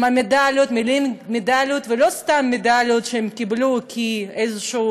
עם המדליות, ולא סתם מדליות שהם קיבלו כאיזושהי